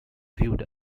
viewed